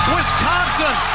Wisconsin